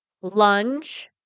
lunge